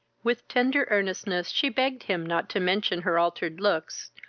with tender earnestness she begged him not to mention her altered looks,